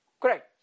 Correct